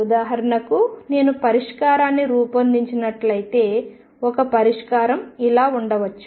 ఉదాహరణకు నేను పరిష్కారాన్ని రూపొందించినట్లయితే ఒక పరిష్కారం ఇలా ఉండవచ్చు